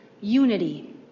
unity